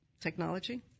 technology